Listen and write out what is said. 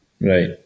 Right